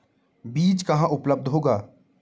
बीज कहाँ उपलब्ध होगा?